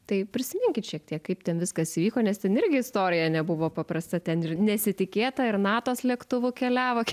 tai prisiminkit šiek tiek kaip ten viskas įvyko nes ten irgi istorija nebuvo paprasta ten ir nesitikėta ir natos lėktuvu keliavo